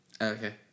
Okay